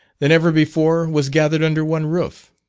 than ever before was gathered under one roof.